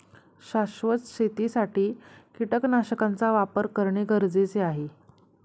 शाश्वत शेतीसाठी कीटकनाशकांचा वापर करणे गरजेचे आहे